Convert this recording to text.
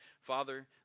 Father